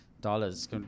dollars